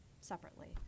separately